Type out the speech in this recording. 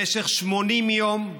במשך 80 יום,